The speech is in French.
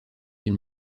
une